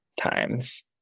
times